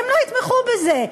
הן לא יתמכו בזה.